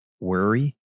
worry